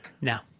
Now